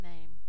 name